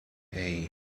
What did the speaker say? hey